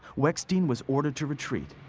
weckstein was ordered to retreat.